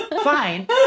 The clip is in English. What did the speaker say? Fine